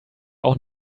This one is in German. auch